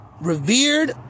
revered